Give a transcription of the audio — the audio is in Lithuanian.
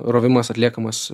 rovimas atliekamas